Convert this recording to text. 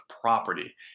property